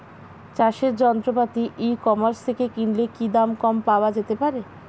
চাষের যন্ত্রপাতি e commerce থেকে কিনলে কি দাম কম পাওয়া যেতে পারে?